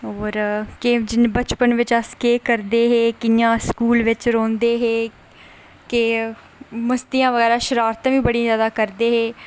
और जि'यां बचपन बिच अस केह् करदे हे किटयां स्कूल बिच रौंह्दे हे केह् मस्तियां बगैरा शरारतां बी बड़ी ज्यादा करदे हे